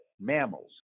mammals